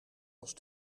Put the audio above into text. als